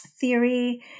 theory